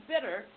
bitter